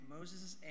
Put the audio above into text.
Moses